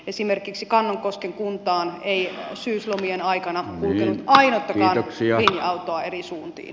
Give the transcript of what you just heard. esimerkiksi kannonkosken kuntaan ei syyslomien aikana kulkenut ainuttakaan linja autoa eri suuntiin